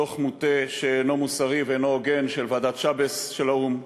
דוח מוטה שאינו מוסרי ואינו הוגן של ועדת שייבס של האו"ם,